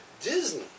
Disney